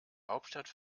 hauptstadt